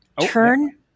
turn